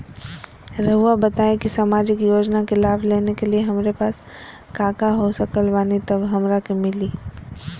रहुआ बताएं कि सामाजिक योजना के लाभ लेने के लिए हमारे पास काका हो सकल बानी तब हमरा के मिली?